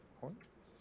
points